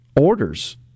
orders